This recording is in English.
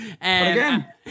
again